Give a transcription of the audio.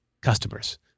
customers